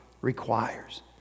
requires